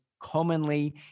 commonly